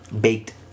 baked